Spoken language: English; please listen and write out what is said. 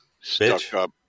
stuck-up